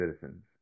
citizens